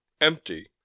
empty